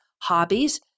hobbies